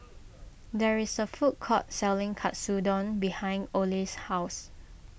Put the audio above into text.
there is a food court selling Katsudon behind Ole's house